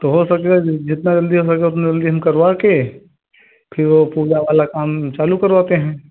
तो हो सकता है जितना जल्दी हो सके उतना जल्दी हम करवा के फिर वो पूजा वाला काम चालू करवाते हैं